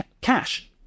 Cash